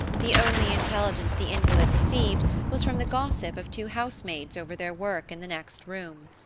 the only intelligence the invalid received was from the gossip of two housemaids over their work in the next room.